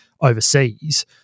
overseas